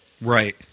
Right